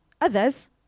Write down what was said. others